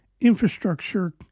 infrastructure